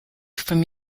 from